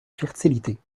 fertilité